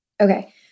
Okay